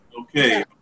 Okay